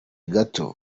gato